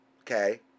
Okay